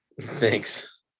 Thanks